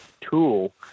tool